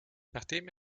nachdem